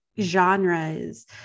genres